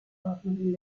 upon